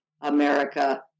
America